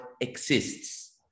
exists